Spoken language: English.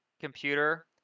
computer